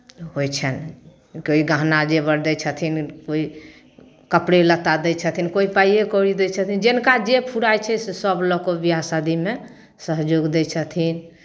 होइ छनि कोइ गहना जेवर दै छथिन कोइ कपड़े लत्ता दै छथिन कोइ पाइए कौड़ी दै छथिन जिनका जे फुराइ छै से सभ लऽ कऽ बियाह शादीमे सहयोग दै छथिन